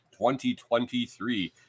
2023